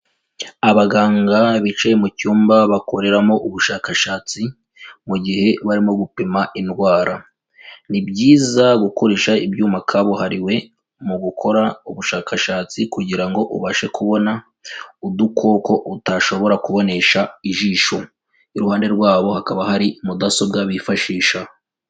Abaganga bicaye mu cyumba bakoreramo ubushakashatsi, mu gihe barimo gupima indwara. Ni byiza gukoresha ibyuma kabuhariwe mu gukora ubushakashatsi kugira ngo ubashe kubona udukoko utashobora kubonesha ijisho, iruhande rwabo hakaba hari mudasobwa bifashisha.